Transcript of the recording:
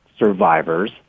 survivors